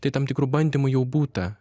tai tam tikrų bandymų jau būta